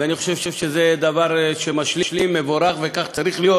ואני חושב שזה דבר שמשלים, מבורך, וכך צריך להיות.